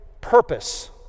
purpose